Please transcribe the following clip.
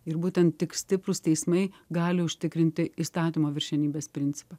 ir būtent tik stiprūs teismai gali užtikrinti įstatymo viršenybės principą